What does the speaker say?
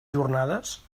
jornades